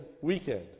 weekend